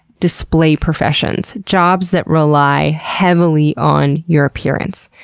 display professions jobs that rely heavily on your appearance.